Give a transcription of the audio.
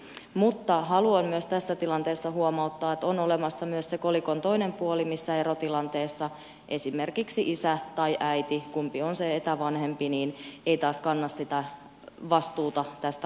mutta haluan tässä tilanteessa myös huomauttaa että on olemassa myös se kolikon toinen puoli että erotilanteessa esimerkiksi isä tai äiti se kumpi on se etävanhempi taas ei kanna sitä vastuuta tästä lapsesta